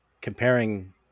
comparing